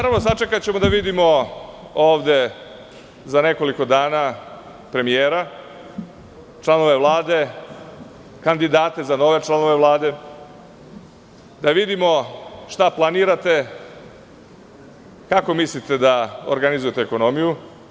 Sačekaćemo da vidimo ovde za nekoliko dana premijera, članove Vlade, kandidate za nove članove Vlade, da vidimo šta planirate, kako mislite da organizujete ekonomiju?